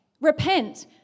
Repent